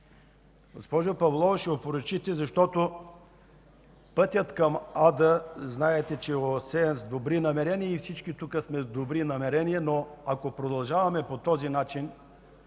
Госпожо Павлова, ще го опорочите, защото пътят към ада, знаете, че е осеян с добри намерения и всички тук сме с добри намерения, но ако продължаваме по този начин